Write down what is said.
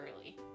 early